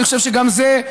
אני חושב שגם זה,